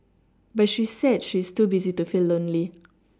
but she said she is too busy to feel lonely